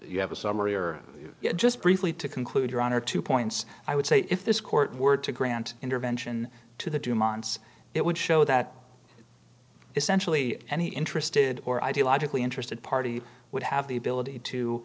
you have a summary or just briefly to conclude your honor two points i would say if this court were to grant intervention to the dumont's it would show that essentially any interested or ideologically interested party would have the ability to